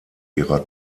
ihrer